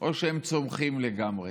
או שצומחים לגמרי.